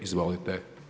Izvolite.